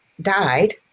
died